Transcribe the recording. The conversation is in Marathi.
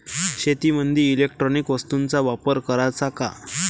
शेतीमंदी इलेक्ट्रॉनिक वस्तूचा वापर कराचा का?